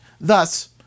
Thus